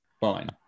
fine